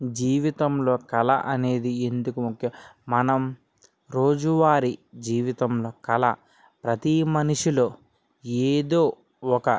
జీవితములో కళ అనేది ఎందుకు ముఖ్యం మనం రోజువారి జీవితంలో కళ ప్రతి మనిషిలో ఏదో ఒక